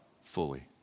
fully